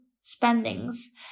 spendings